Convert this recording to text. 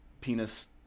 penis